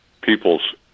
people's